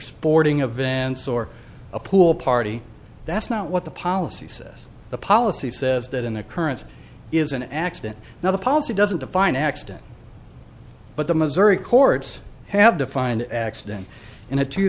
sporting events or a pool party that's not what the policy says the policy says that an occurrence is an accident now the policy doesn't define accident but the missouri courts have defined accident in a two